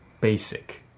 basic